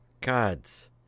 Gods